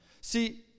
See